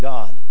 God